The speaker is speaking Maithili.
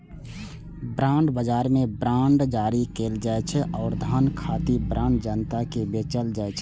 बांड बाजार मे बांड जारी कैल जाइ छै आ धन खातिर बांड जनता कें बेचल जाइ छै